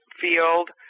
field